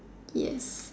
yes